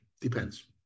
depends